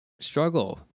struggle